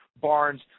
Barnes